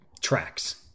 tracks